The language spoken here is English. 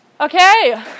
Okay